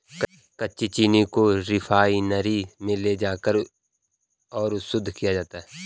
कच्ची चीनी को रिफाइनरी में ले जाकर इसे और शुद्ध किया जाता है